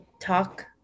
talk